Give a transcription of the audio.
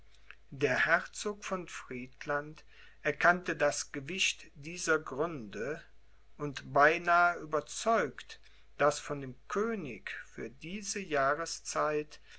der herzog von friedland erkannte das gewicht dieser gründe und beinahe überzeugt daß von dem könig für diese jahrszeit